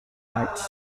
lights